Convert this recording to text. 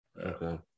Okay